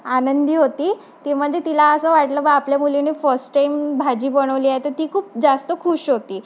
आनंदी होती ती म्हणजे तिला असं वाटलं बा आपल्या मुलीने फस्ट टाईम भाजी बनवली आहे तर ती खूप जास्त खुश होती